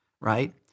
right